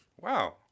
Wow